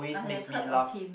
I have heard of him